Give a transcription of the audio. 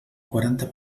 quaranta